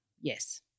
Yes